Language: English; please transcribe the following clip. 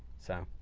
so,